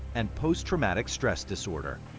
and post-traumatic stress disorder.